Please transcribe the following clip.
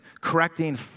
correcting